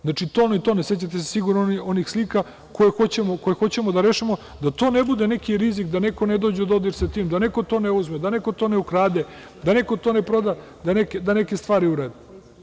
Znači, tone i tone, sećate se sigurno onih slika, da to ne bude neki rizik, da neko ne dođe u dodir sa tim, da neko to ne uzme, da neko to ne ukrade, da neko to ne proda, da neke stvari uredimo.